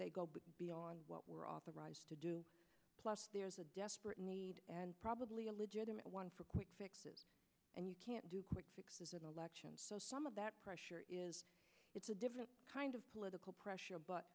they go beyond what we're authorized to do plus there's a desperate need probably a legitimate one for quick fixes and you can't do quick fixes of elections so some of that pressure it's a different kind of political pressure but